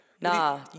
Nah